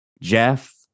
Jeff